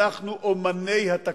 אנחנו אמני התקדימים.